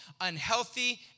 unhealthy